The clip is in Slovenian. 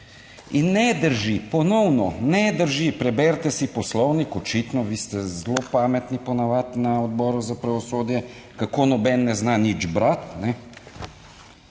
In ne drži, ponovno ne drži, preberite si Poslovnik, očitno vi ste zelo pametni po navadi na Odboru za pravosodje, kako noben ne zna nič brati,